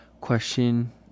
question